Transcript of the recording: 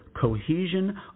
cohesion